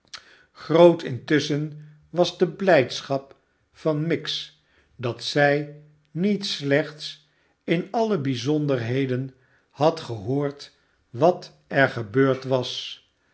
groot intusschen was de blijdschap van miggs dat zij niet slechts in alle bijzonderheden had gehoord wat er gebeurd was